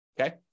okay